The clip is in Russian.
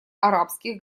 арабских